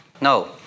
No